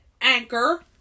Anchor